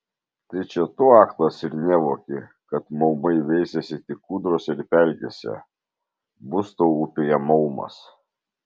tai čia tu aklas ir nevoki kad maumai veisiasi tik kūdrose ir pelkėse bus tau upėje maumas